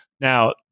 Now